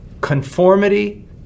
Conformity